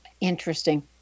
Interesting